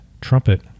trumpet